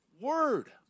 word